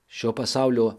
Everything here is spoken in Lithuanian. šio pasaulio